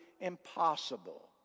impossible